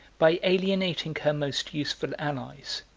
by alienating her most useful allies,